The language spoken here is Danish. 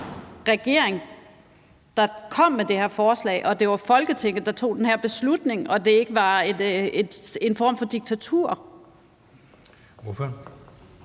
regering, der kom med det her forslag, og at det var Folketinget, der tog den her beslutning, og at det ikke var en form for diktatur?